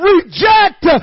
reject